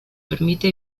permite